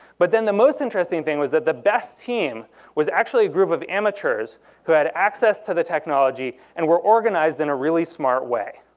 but then the most interesting thing was that the best team was actually a group of the amateurs who had access to the technology, and were organized in a really smart way.